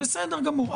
בסדר גמור,